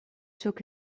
took